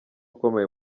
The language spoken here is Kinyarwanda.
ukomeye